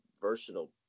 versatile